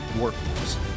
workforce